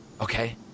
Okay